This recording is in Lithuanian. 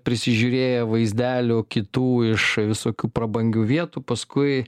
prisižiūrėję vaizdelių kitų iš visokių prabangių vietų paskui